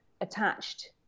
attached